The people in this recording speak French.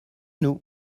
nous